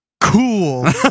cool